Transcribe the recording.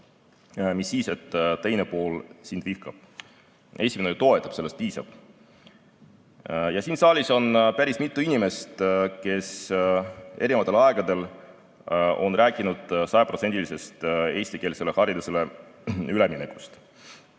Mis siis, et teine pool sind vihkab, esimene toetab, sellest piisab. Ja siin saalis on päris mitu inimest, kes erinevatel aegadel on rääkinud sajaprotsendilisest eestikeelsele haridusele üleminekust.